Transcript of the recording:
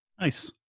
Nice